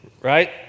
right